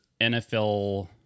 NFL